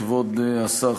כבוד השר,